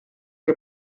que